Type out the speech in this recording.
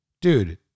Dude